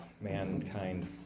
mankind